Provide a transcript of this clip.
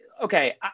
Okay